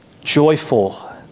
Joyful